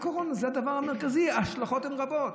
הקורונה, זה הדבר המרכזי, ההשלכות הן רבות